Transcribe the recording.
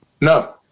No